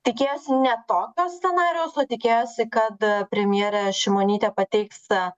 tikėjosi ne tokio scenarijaus o tikėjosi kad premjerė šimonytė pateiks